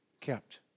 kept